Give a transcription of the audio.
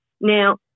now